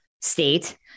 state